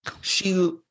she-